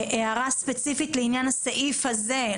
הערה ספציפית לעניין הסעיף הזה?